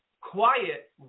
quiet